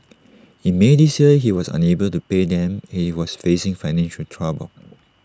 in may this year he was unable to pay them he was facing financial trouble